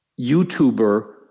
YouTuber